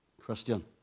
Christian